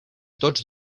tots